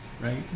right